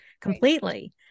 completely